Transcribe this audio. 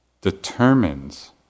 determines